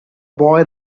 boy